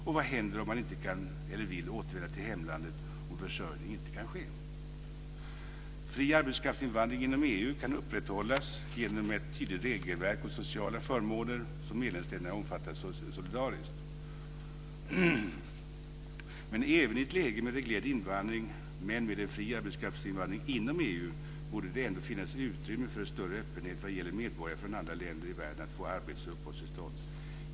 Och vad händer om man inte kan eller vill återvända till hemlandet om försörjning inte kan ske? Fri arbetskraftsinvandring inom EU kan upprätthållas genom ett tydligt regelverk och genom sociala förmåner som medlemsländerna omfattar solidariskt. Även i ett läge med reglerad invandring men fri arbetskraftsinvandring inom EU borde det dock finnas utrymme för större öppenhet vad gäller möjligheten för medborgare från andra länder i världen att få arbets och uppehållstillstånd.